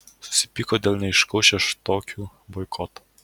susipyko dėl neaiškaus šeštokių boikoto